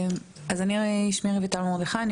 שמי רויטל מרדכי.